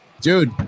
Dude